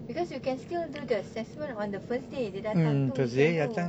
because you can still do the assessment on the first day dia datang tu you can do